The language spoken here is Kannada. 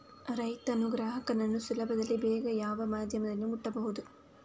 ರೈತನು ಗ್ರಾಹಕನನ್ನು ಸುಲಭದಲ್ಲಿ ಬೇಗ ಯಾವ ಮಾಧ್ಯಮದಲ್ಲಿ ಮುಟ್ಟಬಹುದು?